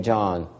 John